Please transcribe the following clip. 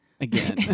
Again